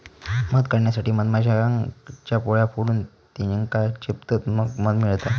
मध काढण्यासाठी मधमाश्यांचा पोळा फोडून त्येका चेपतत मग मध मिळता